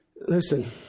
Listen